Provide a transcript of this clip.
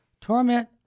torment